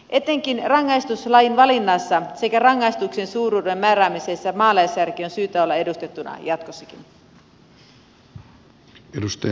etenkin rangaistuslajin valinnassa sekä rangaistuksen suuruuden määräämisessä maalaisjärjen on syytä olla edustettuna jatkossakin